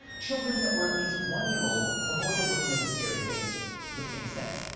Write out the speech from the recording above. children that were at least one year old avoided looking at the scary faces, which makes sense.